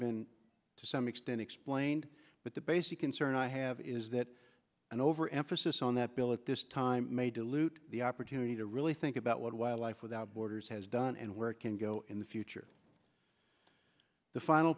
been to some extent explained but the basic concern i have is that an overemphasis on that bill at this time may dilute the opportunity to really think about what wildlife without borders has done and where it can go in the future the final